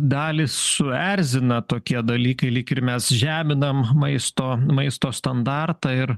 dalį suerzina tokie dalykai lyg ir mes žeminam maisto maisto standartą ir